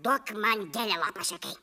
duok man gėlę lopašekai